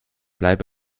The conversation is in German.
bleib